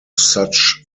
such